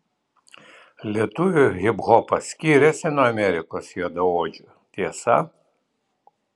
lietuvių hiphopas skiriasi nuo amerikos juodaodžių tiesa